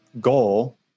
goal